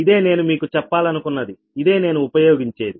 ఇదే నేను మీకు చెప్పాలనుకున్నది ఇదే నేను ఉపయోగించేది